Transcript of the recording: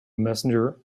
messenger